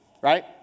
Right